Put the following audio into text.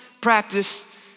practice